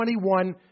$21